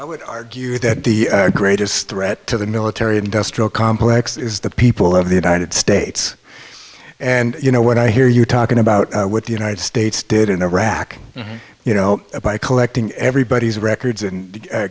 i would argue that the greatest threat to the military industrial complex is the people of the united states and you know when i hear you talking about what the united states did in iraq you know by collecting everybody's records and